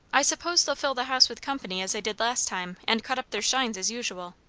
i suppose they'll fill the house with company, as they did last time, and cut up their shines as usual.